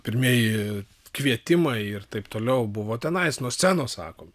pirmieji kvietimai ir taip toliau buvo tenais nuo scenos sakomi